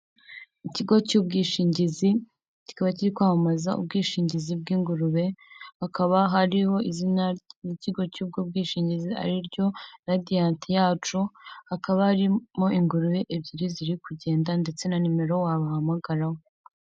Ikigo cy'ubwishingizi kikaba kiri kwamamaza ubwishingizi bw'ingurube, hakaba hariho izina n'ikigo cy'ubwo bwishingizi ariryo Radiyati yacu hakaba harimo ingurube ebyiri ziri kugenda ndetse na nimero wabahampagaraho.